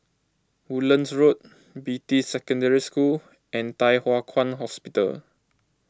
Woodlands Road Beatty Secondary School and Thye Hua Kwan Hospital